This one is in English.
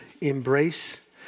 embrace